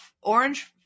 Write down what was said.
orange